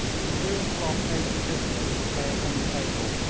he threw a cloth over the pistols which lay upon the table,